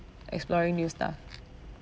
exploring new stuff